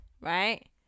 right